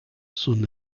son